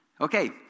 Okay